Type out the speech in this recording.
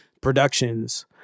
productions